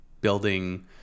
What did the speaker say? building